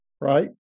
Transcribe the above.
right